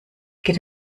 geht